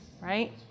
right